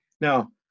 Now